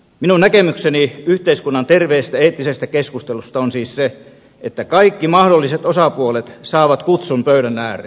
minun näkemykseni yhteiskunnan terveestä eettisestä keskustelusta on siis se että kaikki mahdolliset osapuolet saavat kutsun pöydän ääreen